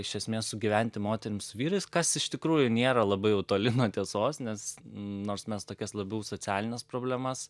iš esmės sugyventi moterim su vyrais kas iš tikrųjų nėra labai jau toli nuo tiesos nes nors mes tokias labiau socialines problemas